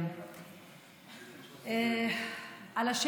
חבר כנסת.